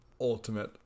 ultimate